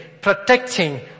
protecting